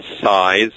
size